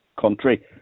country